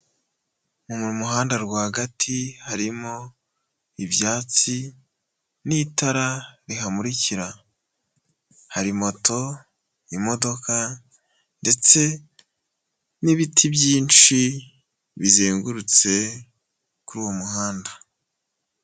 Mu muhanda rwagati harimo ibyatsi n'itara rihamurikira, hari moto, imodoka, ndetse n'ibiti byinshi bizengurutse kuri uwo muhanda.